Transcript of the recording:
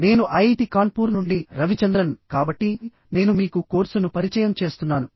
నేను ఐఐటి కాన్పూర్ నుండి రవిచంద్రన్ కాబట్టి నేను మీకు కోర్సును పరిచయం చేస్తున్నాను